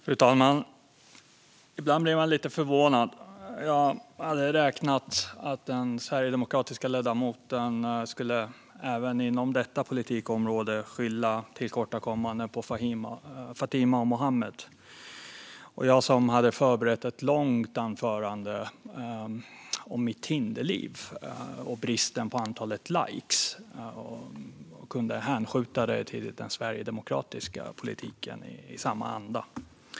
Fru talman! Ibland blir man lite förvånad. Jag räknade med att den sverigedemokratiska ledamoten även inom detta politikområde skulle skylla tillkortakommanden på Fatima och Muhammed. Och jag som hade förberett ett långt anförande om mitt Tinderliv och bristen på likes och kunde härleda det till den sverigedemokratiska politiken i samma anda.